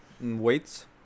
Weights